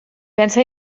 pensa